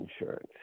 insurance